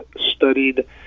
studied